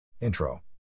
Intro